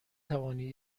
توانی